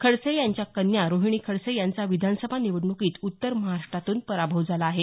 खडसे यांच्या कन्या रोहिणी खडसे यांचा विधानसभा निवडणूकीत उत्तर महाराष्ट्रातून पराभव झाला आहे